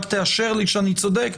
רק תאשר לי שאני צודק,